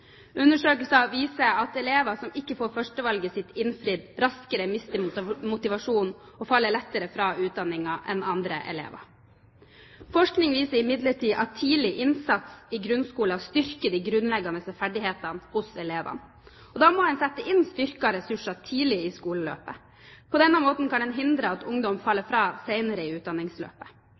Undersøkelser viser at elever som ikke får førstevalget sitt innfridd, raskere mister motivasjonen og lettere faller fra i utdanningen enn andre elever. Forskning viser imidlertid at tidlig innsats i grunnskolen styrker de grunnleggende ferdighetene hos elevene, og da må en sette inn sterkere ressurser tidlig i skoleløpet. På denne måten kan en hindre at ungdom faller fra senere i utdanningsløpet.